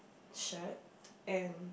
shirt and